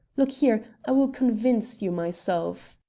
look here i will convince you myself.